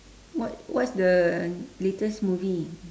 what what's the latest movie